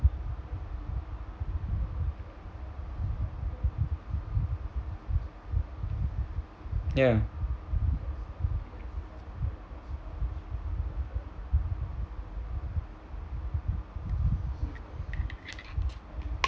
ya